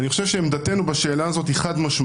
אני חושב שעמדתנו בשאלה הזאת היא חד-משמעית,